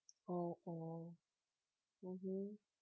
oh oh mmhmm